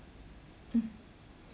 mm